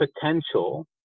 potential